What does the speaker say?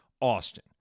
Austin